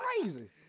crazy